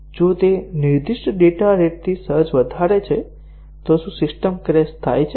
જો તે નિર્દિષ્ટ ડેટા રેટથી સહેજ વધારે છે તો શું સિસ્ટમ ક્રેશ થાય છે